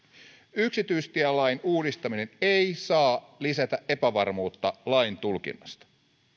yksityistielain uudistaminen ei saa lisätä epävarmuutta lain tulkinnasta